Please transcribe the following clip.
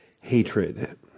hatred